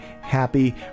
happy